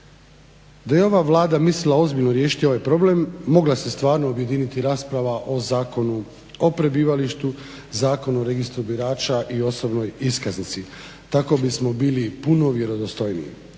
Da je ova Vlada mislila ozbiljno riješiti ovaj problem mogla se stvarno objediniti rasprava o Zakonu o prebivalištu, Zakonu o registru birača i osobnoj iskaznici. Tako bismo bili puno vjerodostojniji.